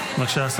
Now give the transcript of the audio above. בבקשה.